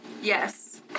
Yes